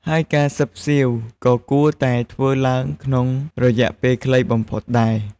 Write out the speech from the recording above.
ហើយការខ្សឹបខ្សៀវក៏គួរតែធ្វើឡើងក្នុងរយៈពេលខ្លីបំផុតដែរ។